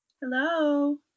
Hello